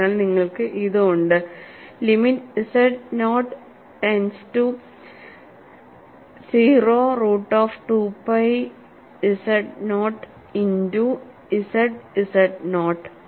അതിനാൽ നിങ്ങൾക്ക് ഇത് ഉണ്ട് limit z naught tends to 0 root of 2 pi z naught into z z not